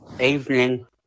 evening